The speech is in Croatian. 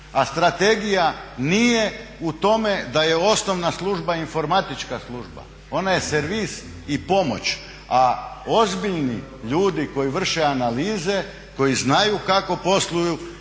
A strategija nije u tome da je osnovna služba informatička služba, ona je servis i pomoć a ozbiljni ljudi koji vrše analize, koji znaju kako posluju